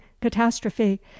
catastrophe